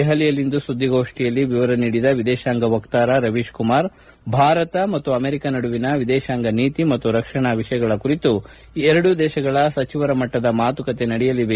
ದೆಹಲಿಯಲ್ಲಿಂದು ಸುಧ್ವಿಗೋಷ್ಠಿಯಲ್ಲಿ ವಿವರ ನೀಡಿದ ವಿದೇಶಾಂಗ ವಕ್ತಾರ ರವೀತ್ ಕುಮಾರ್ ಭಾರತ ಮತ್ತು ಅಮೆರಿಕ ನಡುವಿನ ವಿದೇಶಾಂಗ ನೀತಿ ಮತ್ತು ರಕ್ಷಣಾ ವಿಷಯಗಳ ಕುರಿತು ಎರಡೂ ದೇಶಗಳ ಸಚಿವರ ಮಟ್ಟದ ಮಾತುಕತೆ ನಡೆಯಲಿವೆ